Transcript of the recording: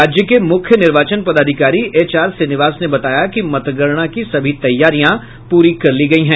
राज्य के मुख्य निर्वाचन पदाधिकारी एचआर श्रीनिवास ने बताया कि मतगणना की सभी तैयारियां पूरी कर ली गयी हैं